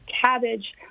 cabbage